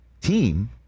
team